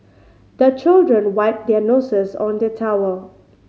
the children wipe their noses on the towel